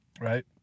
right